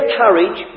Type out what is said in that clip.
courage